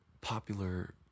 popular